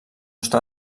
està